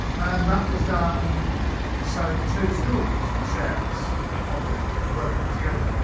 and that was done so that two schools could share this object and work on it together.